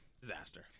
Disaster